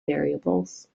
variables